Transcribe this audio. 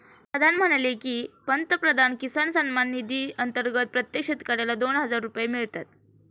प्रधान म्हणाले की, पंतप्रधान किसान सन्मान निधी अंतर्गत प्रत्येक शेतकऱ्याला दोन हजार रुपये मिळतात